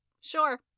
Sure